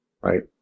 right